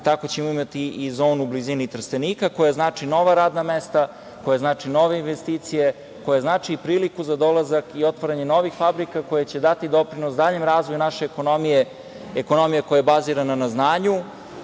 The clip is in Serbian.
tako ćemo imati i zonu u blizini Trstenika koja znači nova radna mesta, koja znači nove investicije, koja znači investiciju za dolazak i otvaranje novih fabrika koje će dati doprinos daljem razvoju naše ekonomije, ekonomije koja je bazirana na znanju,